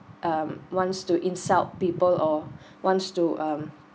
um wants to insult people or wants to um